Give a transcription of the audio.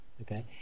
okay